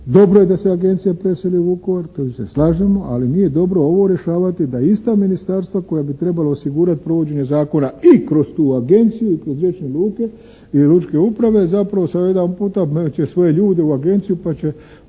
Dobro je da se agencija preseli u Vukovar, tu se slažemo ali nije dobro ovo rješavati da ista ministarstva koja bi trebala osigurati provođenje zakona i kroz tu agenciju i kroz riječne luke ili lučke uprave. Zapravo sada odjedanput metnut će svoje ljude u agenciju pa će